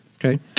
Okay